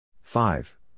Five